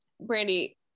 Brandy